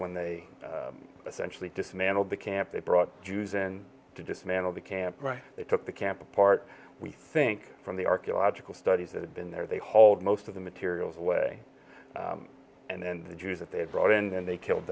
when they essentially dismantled the camp they brought jews in to dismantle the camp right they took the camp apart we think from the archaeological studies that had been there they hauled most of the materials away and the jews that they brought in then they killed